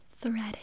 threading